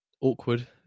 Awkward